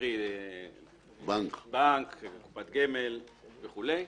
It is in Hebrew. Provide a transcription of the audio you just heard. קרי בנק, קופת גמל וכולי.